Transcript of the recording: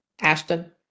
Ashton